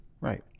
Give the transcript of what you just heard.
Right